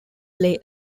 play